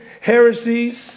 heresies